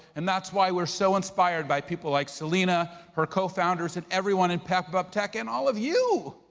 and that's why we're so inspired by people like selina, her co-founders, and everyone in pepup tech and all of you.